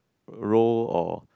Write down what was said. role or